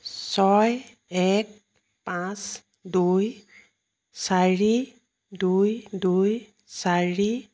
ছয় এক পাঁচ দুই চাৰি দুই দুই চাৰি